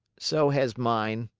so has mine.